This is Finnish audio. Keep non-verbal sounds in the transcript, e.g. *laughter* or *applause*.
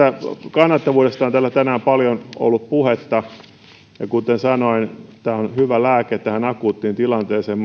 kannattavuudesta on täällä tänään ollut paljon puhetta ja kuten sanoin tämä maksuvalmiuslaina on hyvä lääke tähän akuuttiin tilanteeseen *unintelligible*